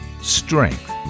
strength